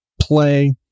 play